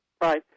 Right